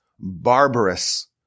barbarous